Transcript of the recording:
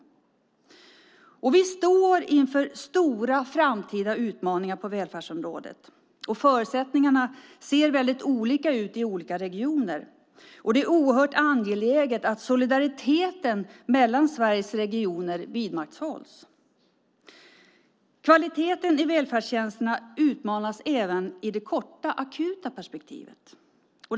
Vi står inför stora framtida utmaningar på välfärdsområdet. Förutsättningarna ser olika ut i olika regioner. Det är oerhört angeläget att solidariteten mellan Sveriges regioner vidmakthålls. Kvaliteten i välfärdstjänsterna utmanas även i det korta, akuta perspektivet.